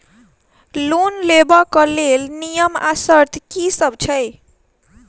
Loan लेबऽ कऽ लेल नियम आ शर्त की सब छई?